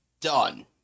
done